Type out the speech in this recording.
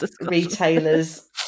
retailers